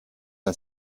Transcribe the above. ein